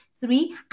Three